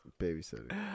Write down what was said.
babysitting